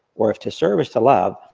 or if to service to love,